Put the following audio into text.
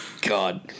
God